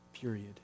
period